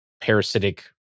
parasitic